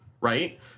right